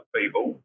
people